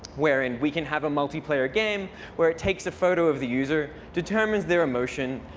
wherein we can have a multiplayer game where it takes a photo of the user, determines their emotion,